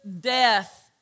death